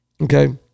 Okay